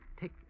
take